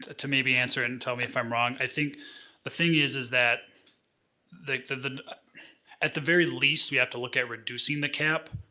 ah to maybe answer it, and tell me if i'm wrong. i think the thing is is that, at the at the very least, we have to look at reducing the cap,